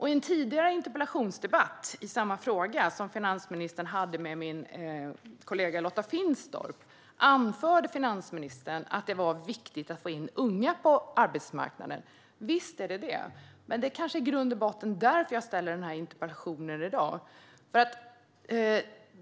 I en tidigare interpellationsdebatt i samma fråga, som finansministern hade med min kollega Lotta Finstorp, anförde finansministern att det var viktigt att få in unga på arbetsmarknaden. Visst är det så, men det är kanske i grund och botten därför jag ställt denna interpellation.